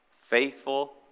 Faithful